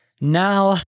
now